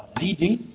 leading